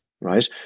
right